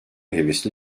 hevesli